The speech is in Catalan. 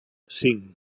cinc